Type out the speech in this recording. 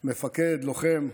מפקד, לוחם,